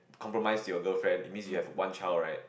compromise your girlfriend it means you have a one child right